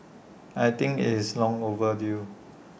I think it's long overdue